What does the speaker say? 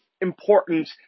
important